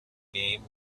game